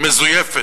מזויפת.